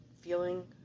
feeling